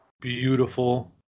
Beautiful